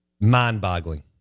mind-boggling